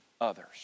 others